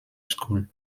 school